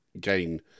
gain